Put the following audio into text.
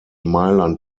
mailand